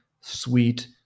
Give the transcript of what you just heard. sweet